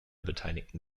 beteiligten